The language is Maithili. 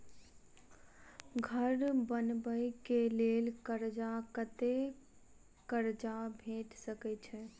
घर बनबे कऽ लेल कर्जा कत्ते कर्जा भेट सकय छई?